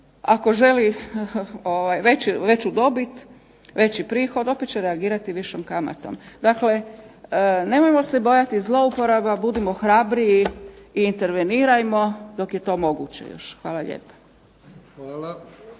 ako želi veću dobit, veći prihod opet će reagirati višom kamatom. Dakle, nemojmo se bojati zlouporaba, budimo hrabri i intervenirajmo dok je to moguće još. Hvala lijepa.